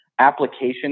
application